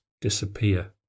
disappear